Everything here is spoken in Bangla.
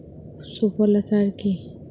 সুফলা সার কি?